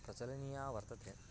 प्रचलनीया वर्तते